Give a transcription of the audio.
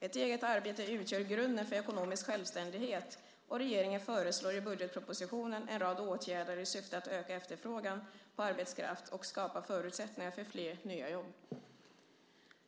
Ett eget arbete utgör grunden för ekonomisk självständighet, och regeringen föreslår i budgetpropositionen en rad åtgärder i syfte att öka efterfrågan på arbetskraft och skapa förutsättningar för flera nya jobb.